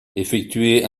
effectuait